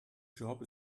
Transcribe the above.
job